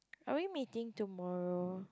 are we meeting tomorrow